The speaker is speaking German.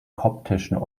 koptischen